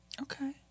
Okay